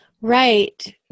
Right